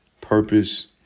purpose